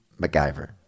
MacGyver